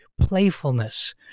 playfulness